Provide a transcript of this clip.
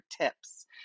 tips